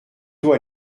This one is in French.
tôt